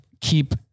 Keep